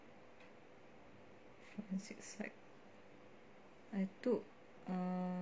forensic psych I took err